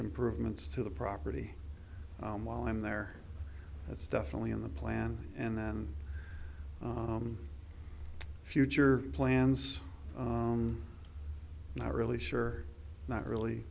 improvements to the property while i'm there that's definitely in the plan and then future plans not really sure not really